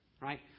Right